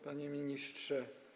Panie Ministrze!